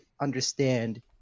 understand